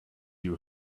you